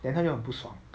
then 他就很不爽